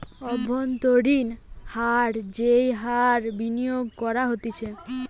অব্ভন্তরীন হার যেই হার বিনিয়োগ করা হতিছে